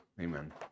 Amen